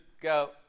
go